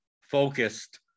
focused